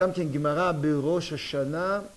‫גם כן גמרא בראש השנה.